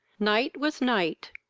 night was night,